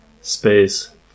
space